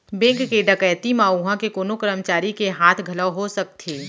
bank के डकैती म उहां के कोनो करमचारी के हाथ घलौ हो सकथे